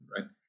right